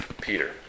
Peter